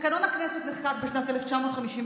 תקנון הכנסת נחקק בשנת 1952,